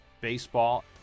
baseball